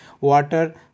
water